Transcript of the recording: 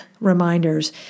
reminders